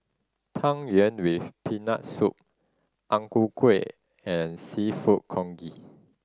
Tang Yuen with Peanut Soup Ang Ku Kueh and Seafood Congee